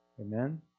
Amen